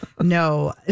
No